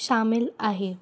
शामिल आहे